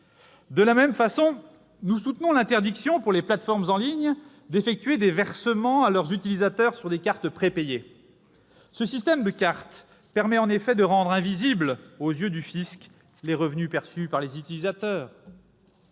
De la même façon, nous soutenons l'interdiction, pour les plateformes en ligne, d'effectuer des versements à leurs utilisateurs sur des cartes prépayées. Ce système de cartes permet en effet de rendre « invisibles » aux yeux du fisc les revenus perçus par les utilisateurs.